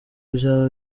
byaba